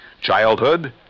childhood